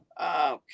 Okay